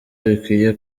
bikwiye